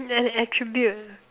an attribute